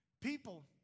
People